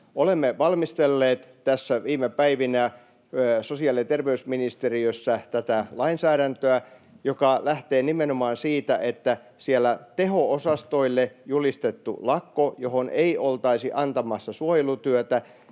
Olemme valmistelleet tässä viime päivinä sosiaali- ja terveysministeriössä tätä lainsäädäntöä, joka lähtee nimenomaan siitä, että kun on teho-osastoille julistettu lakko, johon ei oltaisi antamassa suojelutyötä,